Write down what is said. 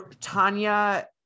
tanya